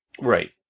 Right